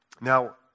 Now